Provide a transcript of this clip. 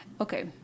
okay